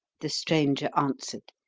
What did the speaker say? the stranger answered.